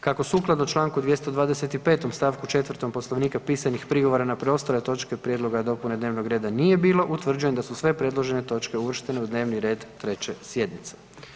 Kako sukladno čl. 225. st. 4. Poslovnika pisanih prigovora na preostale točke prijedloga dopune dnevnog reda nije bilo, utvrđujem da se sve predložene točke uvrštene u dnevni red 3. sjednice.